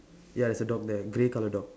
ya there's a dog there grey colour dog